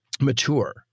mature